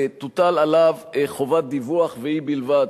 תוטל עליו חובת דיווח, והיא בלבד.